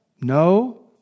No